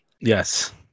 Yes